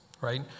Right